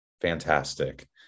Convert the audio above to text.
fantastic